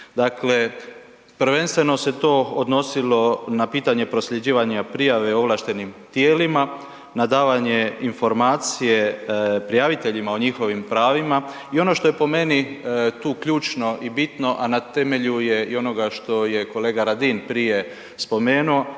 Dakle, prvenstveno se to odnosilo na pitanje prosljeđivanja prijave ovlaštenim tijelima, na davanje informacije prijaviteljima o njihovim pravima i ono što je po meni tu ključno i bitno, a ne temelju je i onoga što je kolega Radin prije spomenuo,